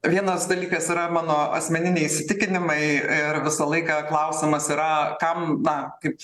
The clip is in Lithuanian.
vienas dalykas yra mano asmeniniai įsitikinimai ir visą laiką klausimas yra kam na kaip